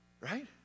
Right